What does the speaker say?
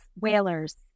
whalers